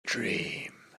dream